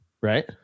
Right